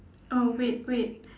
oh wait wait